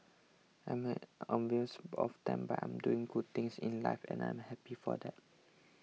I'm envious of them but I'm doing good things in life and I am happy for that